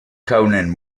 colin